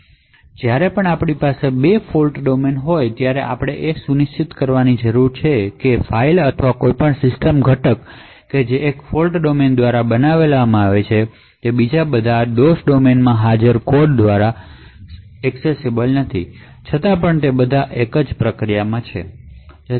આ આપણે ઇચ્છતા નથી જ્યારે પણ આપણી પાસે બે ફોલ્ટ ડોમેન હોય ત્યારે આપણે એ સુનિશ્ચિત કરવાની જરૂર છે કે ફાઇલો અથવા કોઈપણ સિસ્ટમ ઘટક કે જે એક ફોલ્ટ ડોમેન દ્વારા બનાવેલ છે તે બીજા બધા ફોલ્ટ ડોમેનમાં હાજર કોડ દ્વારા એકસેસ ન થાય પછી ભલે તે બધા એક જ પ્રોસેસમાં હોય